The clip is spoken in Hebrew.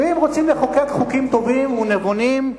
ואם רוצים לחוקק חוקים טובים ונבונים,